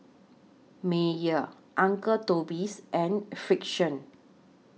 Mayer Uncle Toby's and Frixion